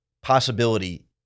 possibility